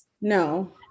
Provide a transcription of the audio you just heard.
No